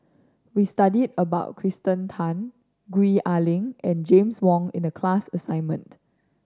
we studied about Kirsten Tan Gwee Ah Leng and James Wong in the class assignment